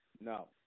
No